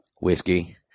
Whiskey